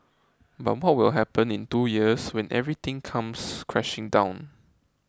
but what will happen in two years when everything comes crashing down